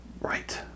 Right